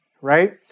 right